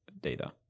data